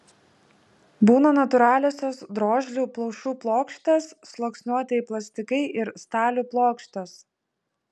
būna natūraliosios drožlių plaušų plokštės sluoksniuotieji plastikai ir stalių plokštės